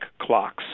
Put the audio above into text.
clocks